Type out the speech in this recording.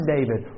David